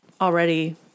already